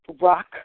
rock